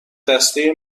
دسته